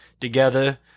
together